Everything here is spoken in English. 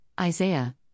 Isaiah